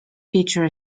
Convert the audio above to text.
feature